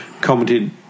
commented